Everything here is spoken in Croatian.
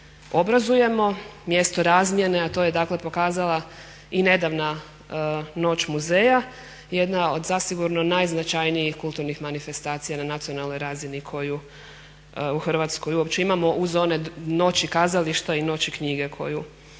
obrazujemo, mjesto razmjene a to je dakle pokazala i nedavna "Noć muzeja" jedna od zasigurno najznačajnijih kulturnih manifestacija na nacionalnoj razini koju u Hrvatskoj uopće imamo uz one noći kazališta i noći knjige koju također